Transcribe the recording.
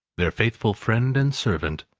their faithful friend and servant,